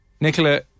Nicola